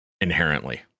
inherently